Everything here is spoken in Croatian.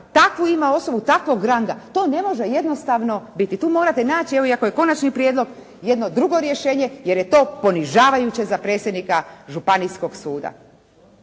takvu ima osobu takvog ranga to ne može jednostavno biti. Tu morate naći evo i ako je konačni prijedlog jedno drugo rješenje jer je to ponižavajuće za predsjednika Županijskog suda.